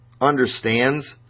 understands